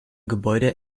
gebäude